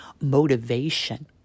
motivation